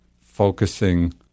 focusing